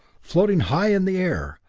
floating high in the air,